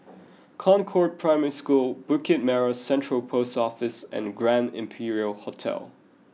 Concord Primary School Bukit Merah Central Post Office and Grand Imperial Hotel